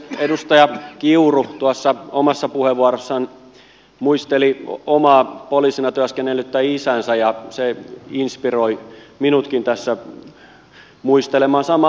edustaja kiuru tuossa omassa puheenvuorossaan muisteli omaa poliisina työskennellyttä isäänsä ja se inspiroi minutkin tässä muistelemaan samaa asiaa